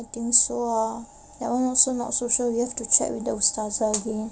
I think so ah that one also not so sure you have to check with the ustazah again